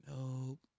Nope